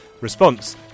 Response